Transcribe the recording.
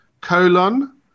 colon